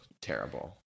Terrible